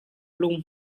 lung